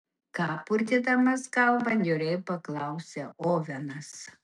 ką purtydamas galvą niūriai paklausė ovenas